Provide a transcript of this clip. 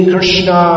Krishna